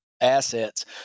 assets